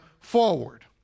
forward